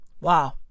wow